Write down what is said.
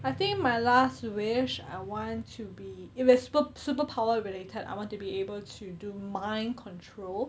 I think my last wish I want to be if it's super~ superpower related I want to be able to do mind control